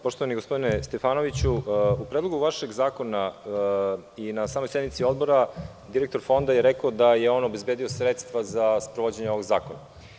Poštovani gospodine Stefanoviću, u predlogu vašeg zakona i na samoj sednici Odbora direktor Fonda je rekao da je on obezbedio sredstva za sprovođenje ovog zakona.